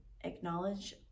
acknowledge